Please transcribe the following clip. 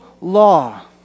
law